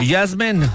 Yasmin